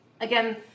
Again